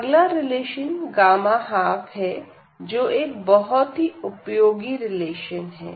अगला रिलेशन 12 है जो एक बहुत ही उपयोगी रिलेशन है